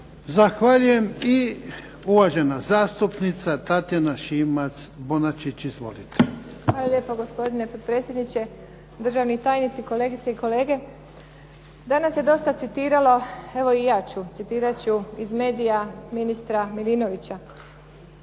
Zahvaljujem. I uvažena zastunica Tatjana Šimac-Bonačić. Izvolite. **Šimac Bonačić, Tatjana (SDP)** Hvala lijepa gospodine predsjedniče, državni tajnici, kolegice i kolege. Danas se dosta citiralo, evo i ja ću, citirat ću iz medija ministra Milinovića,